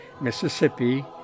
Mississippi